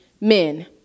men